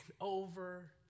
over